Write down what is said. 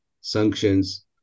sanctions